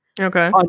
Okay